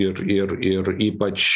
ir ir ir ypač